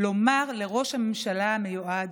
לומר לראש הממשלה המיועד